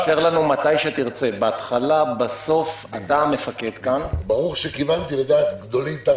ברור שכיוונתי לדעת גדולים.